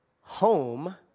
home